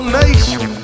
nation